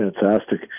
fantastic